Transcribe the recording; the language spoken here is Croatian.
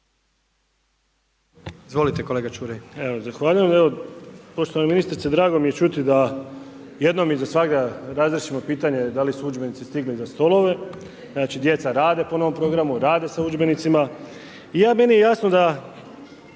Izvolite kolege Čuraj.